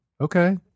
Okay